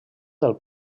del